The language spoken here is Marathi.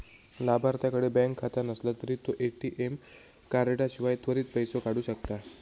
लाभार्थ्याकडे बँक खाता नसला तरी तो ए.टी.एम कार्डाशिवाय त्वरित पैसो काढू शकता